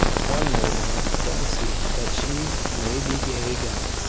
one may now fancy that she may be gay again.